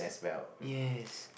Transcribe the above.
yes